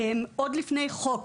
עוד לפני חוק,